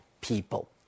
people